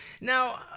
Now